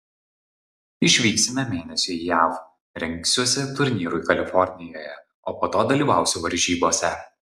išvyksime mėnesiui į jav rengsiuosi turnyrui kalifornijoje o po to dalyvausiu varžybose